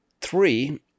three